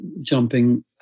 jumping